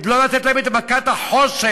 לא לתת להם את מכת החושך,